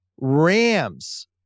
Rams